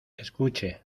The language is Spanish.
escuche